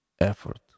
effort